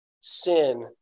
Sin